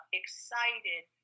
excited